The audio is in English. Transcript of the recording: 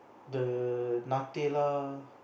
the Nutella